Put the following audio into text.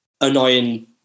annoying